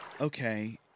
Okay